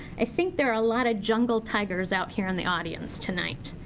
i think there are a lot of jungle tigers out here in the audience tonight.